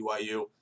BYU